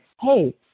hey